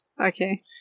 Okay